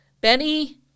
Benny